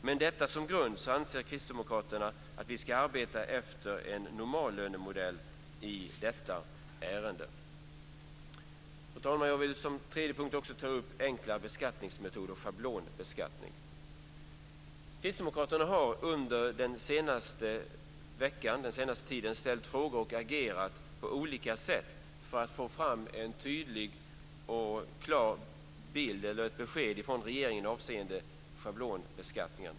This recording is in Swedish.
Med detta som grund anser Kristdemokraterna att vi ska arbeta efter en normallönemodell i detta ärende. Fru talman! Jag vill också ta upp enklare beskattningsmetoder och schablonbeskattning. Kristdemokraterna har under den senaste tiden ställt frågor och agerat på olika sätt för att få fram ett tydligt och klart besked från regeringen avseende schablonbeskattningen.